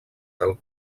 del